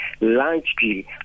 largely